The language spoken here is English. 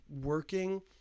working